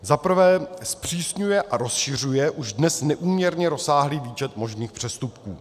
Za prvé zpřísňuje a rozšiřuje už dnes neúměrně rozsáhlý výčet možných přestupků.